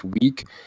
week